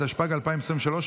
התשפ"ג 2023,